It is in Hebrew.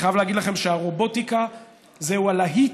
אני חייב להגיד לכם שהרובוטיקה זה הלהיט